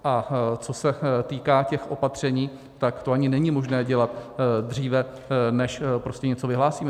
A co se týká těch opatření, to ani není možné dělat dříve, než prostě něco vyhlásíme.